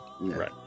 Right